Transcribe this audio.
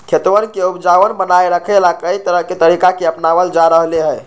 खेतवन के उपजाऊपन बनाए रखे ला, कई तरह के तरीका के अपनावल जा रहले है